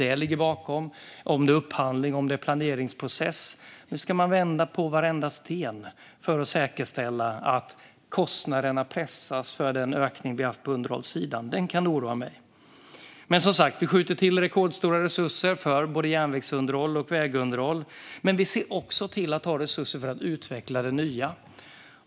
Det kan också vara upphandlingar eller planeringsprocesser som ligger bakom. Nu ska man vända på varenda sten för att säkerställa att kostnaderna pressas på underhållssidan, för den ökning vi har haft kan oroa mig. Som sagt skjuter vi till rekordstora resurser för både väg och järnvägsunderhåll, men vi ser också till att ha resurser för att utveckla det nya.